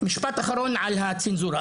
משפט אחרון על הצנזורה,